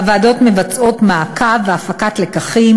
הוועדות מבצעות מעקב והפקת לקחים